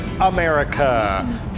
America